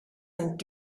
sind